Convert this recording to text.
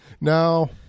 now